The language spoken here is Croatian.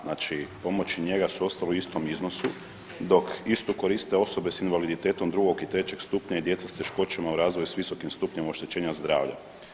Znači pomoć i njega su ostali u istom iznosu dok isto koriste osobe s invaliditetom drugog i trećeg stupnja i djeca s teškoćama u razvoju s visokim stupnjem oštećenja zdravlja.